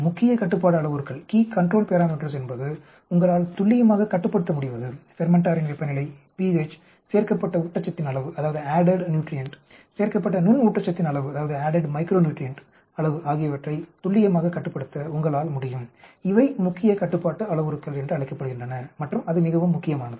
முக்கிய கட்டுப்பாட்டு அளவுருக்கள் என்பது உங்களால் துல்லியமாக கட்டுப்படுத்த முடிவது ஃபெர்மென்டாரின் வெப்பநிலை pH சேர்க்கப்பட்ட ஊட்டச்சத்தின் அளவு சேர்க்கப்பட்ட நுண் ஊட்டச்சத்தின் அளவு போன்றவற்றை துல்லியமாக கட்டுப்படுத்த உங்களால் முடியும் இவை முக்கிய கட்டுப்பாட்டு அளவுருக்கள் என்றழைக்கப்படுகின்றன மற்றும் அது மிகவும் முக்கியமானது